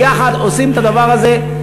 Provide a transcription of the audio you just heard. ביחד עושים את הדבר הזה.